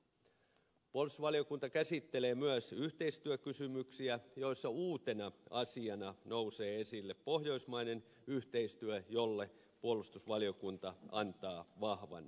puolustusvaliokunta käsittelee myös yhteistyökysymyksiä joissa uutena asiana nousee esille pohjoismainen yhteistyö jolle puolustusvaliokunta antaa vahvan tuen